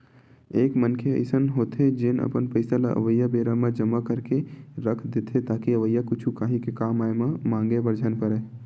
एक मनखे अइसन होथे जेन अपन पइसा ल अवइया बेरा बर जमा करके के रख देथे ताकि अवइया कुछु काही के कामआय म मांगे बर झन परय